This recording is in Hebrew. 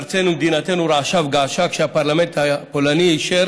ארצנו ומדינתנו רעשה וגעשה כשהפרלמנט הפולני אישר